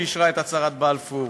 שאישרה את הצהרת בלפור,